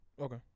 Okay